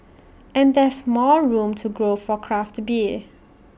and there's more room to grow for craft beer